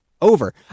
over